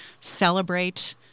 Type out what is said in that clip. celebrate